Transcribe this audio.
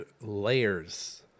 Layers